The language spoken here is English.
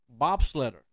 bobsledder